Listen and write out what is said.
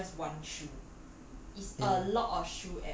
but you see ah it's not just one shoe